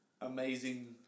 amazing